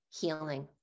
healing